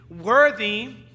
worthy